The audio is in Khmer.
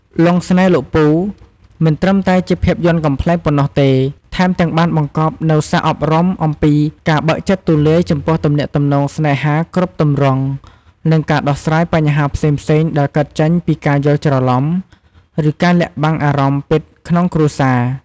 "លង់ស្នេហ៍លោកពូ" មិនត្រឹមតែជាភាពយន្តកំប្លែងប៉ុណ្ណោះទេ ថែមទាំងបានបង្កប់នូវសារអប់រំអំពីការបើកចិត្តទូលាយចំពោះទំនាក់ទំនងស្នេហាគ្រប់ទម្រង់ និងការដោះស្រាយបញ្ហាផ្សេងៗដែលកើតចេញពីការយល់ច្រឡំ ឬការលាក់បាំងអារម្មណ៍ពិតក្នុងគ្រួសារ។